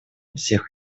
всех